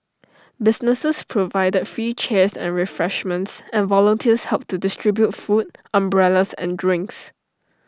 businesses provided free chairs and refreshments and volunteers helped to distribute food umbrellas and drinks